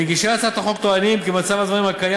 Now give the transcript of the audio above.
מגישי הצעת החוק טוענים כי מצב הדברים הקיים